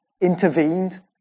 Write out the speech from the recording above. Intervened